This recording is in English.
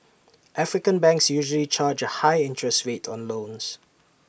African banks usually charge A high interest rate on loans